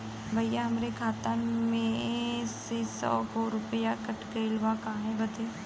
भईया हमरे खाता में से सौ गो रूपया कट गईल बा काहे बदे?